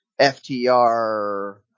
ftr